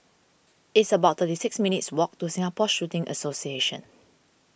it's about thirty six minutes' walk to Singapore Shooting Association